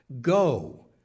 go